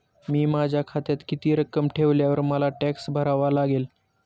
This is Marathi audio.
मी माझ्या खात्यात किती रक्कम ठेवल्यावर मला टॅक्स भरावा लागेल?